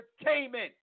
entertainment